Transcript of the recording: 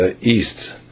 east